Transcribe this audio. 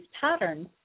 patterns